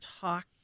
talk